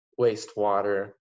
wastewater